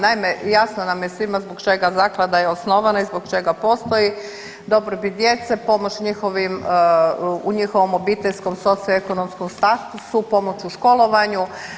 Naime, jasno nam je svima zbog čega zaklada je osnovana i zbog čega postoji, dobrobit djece, pomoć njihovim, u njihovom obiteljskom socioekonomskom statusu, pomoć u školovanju.